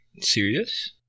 serious